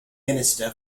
minister